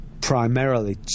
primarily